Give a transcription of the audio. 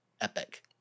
epic